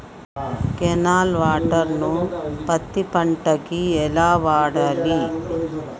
Canal water ను పత్తి పంట కి ఎలా వాడాలి?